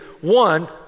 one